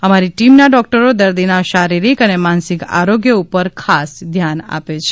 અમારી ટીમના ડોક્ટરો દર્દીના શારીરિક અને માનસિક આરોગ્ય ઉપર ખાસ ધ્યાન આપે છે